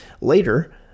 Later